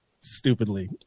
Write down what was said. Stupidly